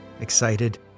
excited